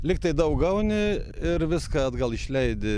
lygtai daug gauni ir viską atgal išleidi